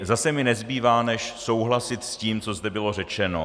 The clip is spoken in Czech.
Zase mi nezbývá než souhlasit s tím, co zde bylo řečeno.